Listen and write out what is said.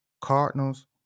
Cardinals